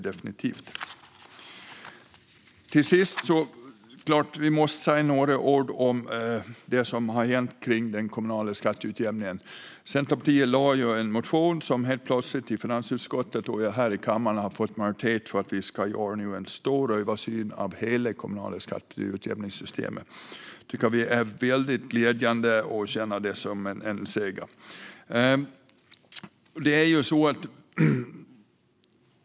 Jag måste säga några ord om det som har hänt kring den kommunala skatteutjämningen. Centerpartiet har väckt en motion som helt plötsligt fått majoritet i finansutskottet och här i kammaren. Det handlar om att vi ska göra en stor översyn av hela det kommunala skatteutjämningssystemet. Jag tycker att det är väldigt glädjande, och jag känner det som en seger.